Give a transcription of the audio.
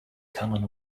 common